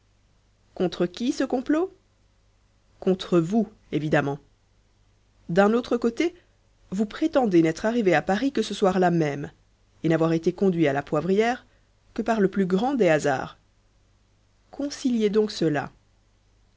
contre qui ce complot contre vous évidemment d'un autre côté vous prétendez n'être arrivé à paris que ce soir-là même et n'avoir été conduit à la poivrière que par le plus grand des hasards conciliez donc cela